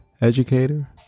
educator